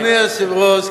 אדוני היושב-ראש,